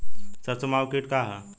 सरसो माहु किट का ह?